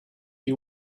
you